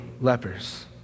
lepers